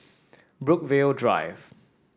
Brookvale Drive